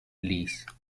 lease